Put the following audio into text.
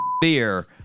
Beer